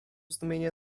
zdumienie